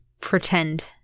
pretend